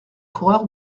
coureur